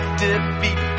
defeat